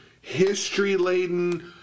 history-laden